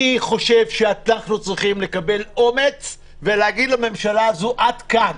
אני חושב שאנחנו צריכים לקבל אומץ ולהגיד לממשלה הזאת עד כאן.